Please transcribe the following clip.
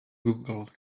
google